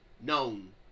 known